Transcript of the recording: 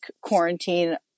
quarantine